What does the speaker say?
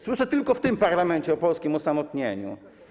Słyszę tylko w tym parlamencie o polskim osamotnieniu.